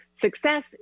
success